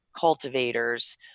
cultivators